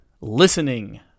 listening